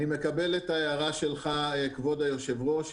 אני מקבל את ההערה שלך, כבוד היושב-ראש.